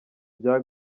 bya